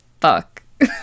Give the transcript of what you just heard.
fuck